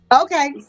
Okay